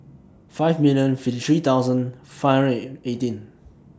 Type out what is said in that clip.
five million fifty three thousand five hundred and eighteen